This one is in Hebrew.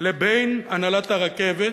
לבין הנהלת הרכבת.